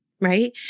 right